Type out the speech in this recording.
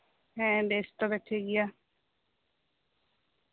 ᱦᱮᱸ ᱵᱮᱥ ᱛᱚᱵᱮ ᱴᱷᱤᱠᱜᱮᱭᱟ